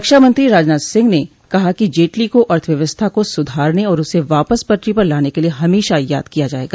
रक्षा मंत्री राजनाथ सिंह ने कहा कि जेटली को अर्थव्यवस्था को सुधारने और उसे वापस पटरी पर लाने के लिए हमेशा याद किया जायेगा